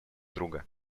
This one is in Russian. друга